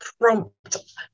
prompt